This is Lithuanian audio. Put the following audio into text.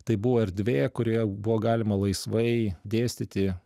tai buvo erdvė kurioje buvo galima laisvai dėstyti